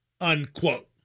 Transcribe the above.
unquote